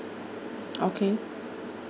okay